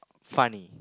funny